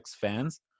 fans